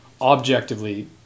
objectively